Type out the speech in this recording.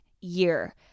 year